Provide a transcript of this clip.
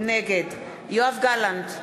נגד יואב גלנט,